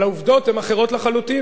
אבל העובדות הן אחרות לחלוטין.